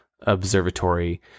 observatory